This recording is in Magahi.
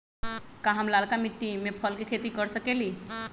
का हम लालका मिट्टी में फल के खेती कर सकेली?